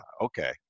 Okay